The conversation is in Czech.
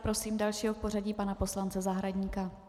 Prosím dalšího v pořadí, pana poslance Zahradníka.